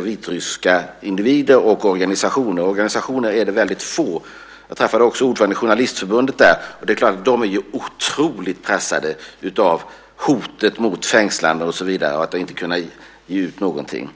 vitryska individer och organisationer. Organisationer finns det väldigt få. Jag träffade också ordföranden i journalistförbundet där, och det är klart att de är otroligt pressade av hotet om fängslande och så vidare och att ha svårt att ge ut någonting.